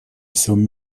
всем